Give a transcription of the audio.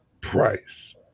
price